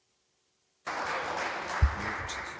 Hvala.